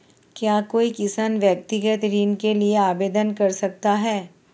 क्या कोई किसान व्यक्तिगत ऋण के लिए आवेदन कर सकता है?